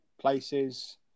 places